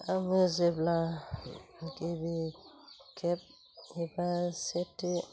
आङो जेब्ला गिबिखेब एबा सेथि